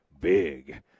Big